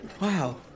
Wow